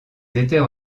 étaient